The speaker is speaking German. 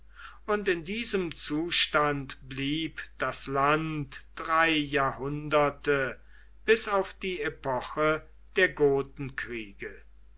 und in diesem zustand blieb das land drei jahrhunderte bis auf die epoche der